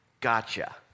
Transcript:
gotcha